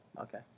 Okay